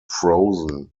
frozen